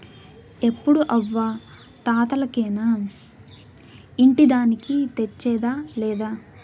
ఎప్పుడూ అవ్వా తాతలకేనా ఇంటి దానికి తెచ్చేదా లేదా